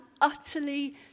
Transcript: utterly